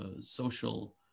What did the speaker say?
social